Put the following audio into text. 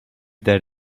that